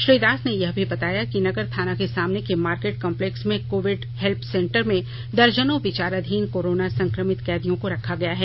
श्री दास ने यह भी बताया कि नगर थाना के सामने के मार्केट कम्पलेक्स में कोविड हेल्प सेंटर में दर्जनों विचाराधीन कोरोना संक्रमित कैदियों को रखा गया है